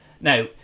Now